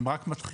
זה רק מתחיל,